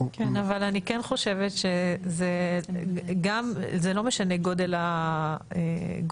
כן אבל אני כן חושבת שזה לא משנה גודל הקרן,